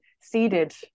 seeded